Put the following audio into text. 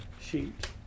sheet